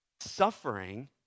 Suffering